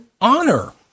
honor